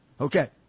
Okay